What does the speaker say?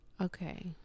Okay